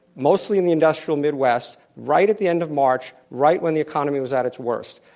mostly in the industrial midwest right at the end of march, right when the economy was at its worst.